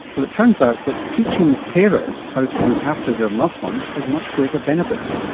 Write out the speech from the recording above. well it turns out that teaching carers how to look after their loved one has much greater benefits.